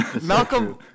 Malcolm